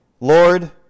Lord